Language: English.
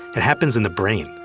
it happens in the brain.